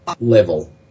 level